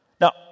Now